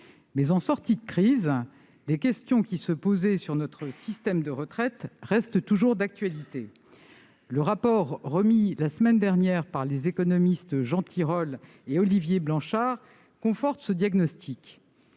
en sortie de crise, des questions qui se posaient sur notre système de retraite restent toujours d'actualité. Le rapport remis la semaine dernière par les économistes Jean Tirole et Olivier Blanchard conforte ce diagnostic.